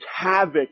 havoc